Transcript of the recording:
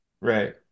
Right